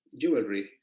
jewelry